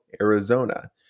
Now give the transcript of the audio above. Arizona